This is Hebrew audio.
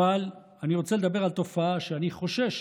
אבל אני רוצה לדבר על תופעה שאני חושש